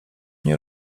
nie